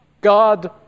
God